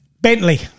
Bentley